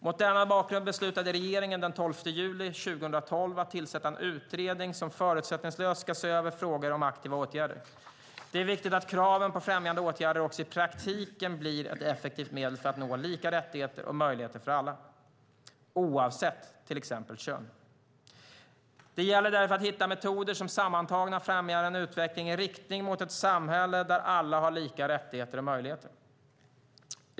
Mot denna bakgrund beslutade regeringen den 12 juli 2012 att tillsätta en utredning som förutsättningslöst ska se över frågor om aktiva åtgärder. Det är viktigt att kraven på främjande åtgärder också i praktiken blir ett effektivt medel för att nå lika rättigheter och möjligheter för alla, oavsett till exempel kön. Det gäller därför att hitta metoder som sammantagna främjar en utveckling i riktning mot ett samhälle där alla har lika rättigheter och möjligheter.